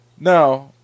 Now